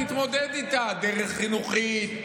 תתמודד איתה בדרך חינוכית,